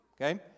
okay